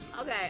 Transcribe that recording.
Okay